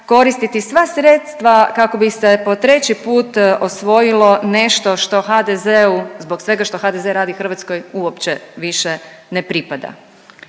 koristiti sva sredstva kako bi se po treći put osvojilo nešto što HDZ-u, zbog svega što HDZ radi Hrvatskoj, uopće više ne pripada.